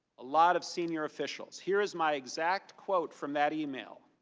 a lot of senior officials. here is my exact quote from that email.